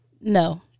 No